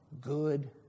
good